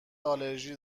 آلرژی